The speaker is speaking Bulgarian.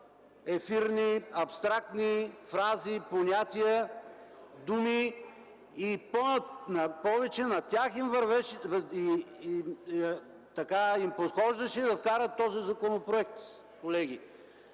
ефирни, абстрактни фрази и понятия, думи. Повече на тях им вървеше и им подхождаше да вкарат този законопроект, колеги,